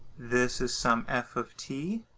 this is some f of t